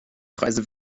preise